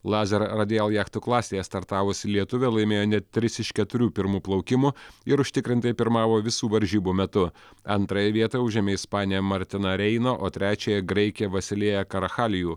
lazer radial jachtų klasėje startavusi lietuvė laimėjo net tris iš keturių pirmų plaukimų ir užtikrintai pirmavo visų varžybų metu antrąją vietą užėmė ispanė martiną reino o trečiąją graikė vasilija karachaliju